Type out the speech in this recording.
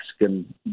Mexican